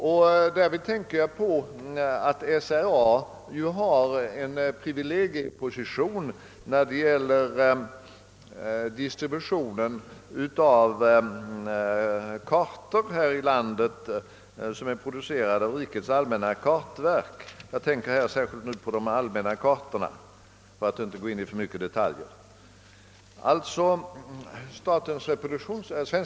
Jag avser det förhållandet att SRA har en privilegieposition när det gäller distributionen här i landet av kartor som produceras av rikets allmänna kartverk — RAK — jag tänker nu särskilt på de allmänna kartorna, för att inte för mycket gå in på detaljer.